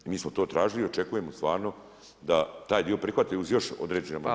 Mi smo to tražili i očekujemo stvarno da taj dio prihvate uz još određene